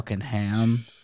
ham